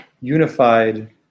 unified